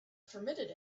permitted